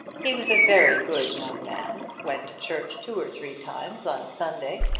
he was a very good young man, went to church two or three times on a sunday,